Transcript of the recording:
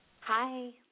Hi